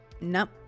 nope